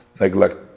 neglect